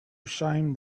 ashamed